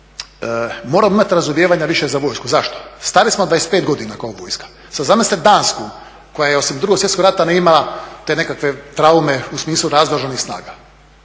moramo imati razumijevanja više za vojsku, zašto? Stari smo 25 godina kao vojska, sad zamislite Dansku koja je osim drugog svjetskog rata, ona ima te nekakve traume u smislu razdruženih snaga,